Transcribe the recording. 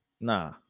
Nah